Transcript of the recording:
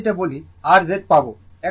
তাহলে যেটা বলি r Z পাবো